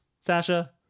Sasha